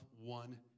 one